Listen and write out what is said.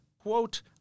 Quote